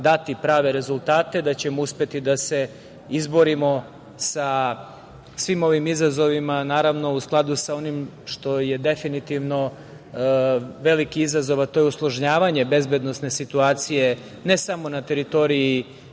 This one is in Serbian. dati prave rezultate, da ćemo uspeti da se izborimo sa svim ovim izazovima u skladu sa onim što je definitivno veliki izazov, a to je usložnjavanje bezbednosne situacije, ne samo na teritoriji